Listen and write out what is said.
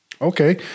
okay